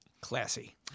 Classy